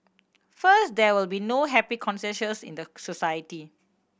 first there will be no happy consensus in the society